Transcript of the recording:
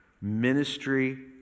ministry